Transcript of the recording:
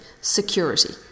security